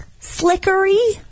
slickery